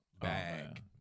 bag